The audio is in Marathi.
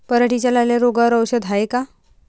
पराटीच्या लाल्या रोगावर औषध हाये का?